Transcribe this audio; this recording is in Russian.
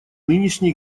нынешней